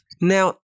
Now